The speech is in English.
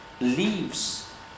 leaves